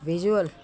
visual